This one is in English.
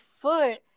foot